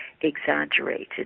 exaggerated